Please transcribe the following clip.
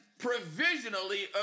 provisionally